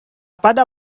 pada